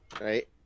Right